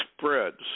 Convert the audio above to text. spreads